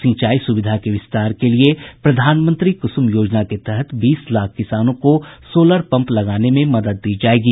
सिंचाई सुविधा के विस्तार के लिए प्रधानमंत्री कुसुम योजना के तहत बीस लाख किसानों को सोलर पम्प लगाने में मदद दी जायेगी